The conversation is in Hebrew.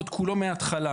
את כולו מההתחלה.